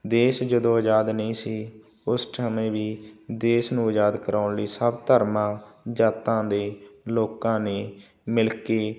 ਦੇਸ਼ ਜਦੋਂ ਆਜ਼ਾਦ ਨਹੀਂ ਸੀ ਉਸ ਸਮੇਂ ਵੀ ਦੇਸ਼ ਨੂੰ ਆਜ਼ਾਦ ਕਰਵਾਉਣ ਲਈ ਸਭ ਧਰਮਾਂ ਜਾਤਾਂ ਦੇ ਲੋਕਾਂ ਨੇ ਮਿਲ ਕੇ